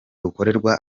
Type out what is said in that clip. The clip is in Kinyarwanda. bukoreshwa